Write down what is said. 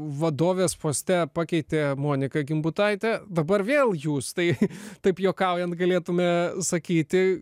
vadovės poste pakeitė monika gimbutaitė dabar vėl jūs tai taip juokaujant galėtume sakyti